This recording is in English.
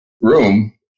room